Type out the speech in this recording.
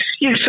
yes